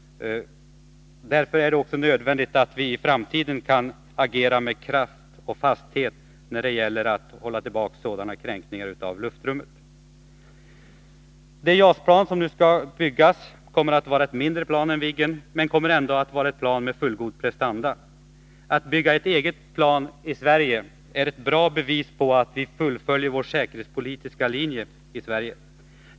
Därför är det nödvändigt att vi i framtiden kan agera med kraft och fasthet när det gäller att hålla tillbaka sådana kränkningar av luftrummet. Det JAS-plan som nu skall byggas kommer att vara ett mindre plan än Viggen men kommer ändå att vara ett plan med fullgoda prestanda. Att bygga ett eget plan i Sverige är ett bra bevis på att vi fullföljer vår säkerhetspolitiska linje.